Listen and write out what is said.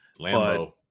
Lambo